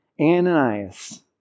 Ananias